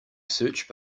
search